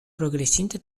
progresinta